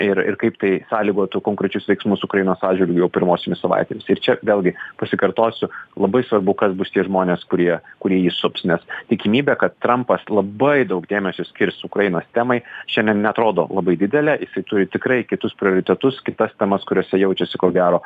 ir ir kaip tai sąlygotų konkrečius veiksmus ukrainos atžvilgiu jau pirmosiomis savaitėmis ir čia vėlgi pasikartosiu labai svarbu kas bus tie žmonės kurie kurie jį sups nes tikimybė kad trampas labai daug dėmesio skirs ukrainos temai šiandien neatrodo labai didelė jisai turi tikrai kitus prioritetus kitas temas kuriose jaučiasi ko gero